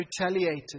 retaliated